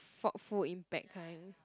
faultful impact kind